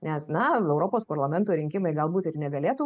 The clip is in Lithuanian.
nes na europos parlamento rinkimai galbūt ir negalėtų